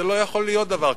זה לא יכול להיות דבר כזה.